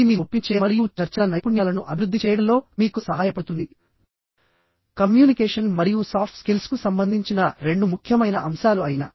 ఇది మీ ఒప్పించే మరియు చర్చల నైపుణ్యాలను అభివృద్ధి చేయడంలో మీకు సహాయపడుతుందికమ్యూనికేషన్ మరియు సాఫ్ట్ స్కిల్స్కు సంబంధించిన రెండు ముఖ్యమైన అంశాలు అయిన